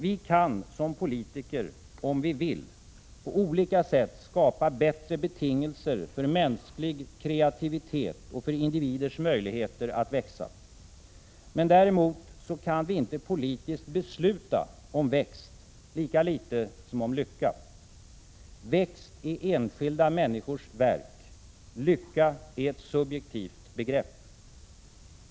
Vi kan som politiker — om vi vill — på olika sätt skapa bättre betingelser för mänsklig kreativitet och för individers möjligheter att växa. Men däremot kan vi inte politiskt besluta om växt, lika litet som om lycka. Växt är enskilda människors verk. Lycka är ett subjektivt begrepp.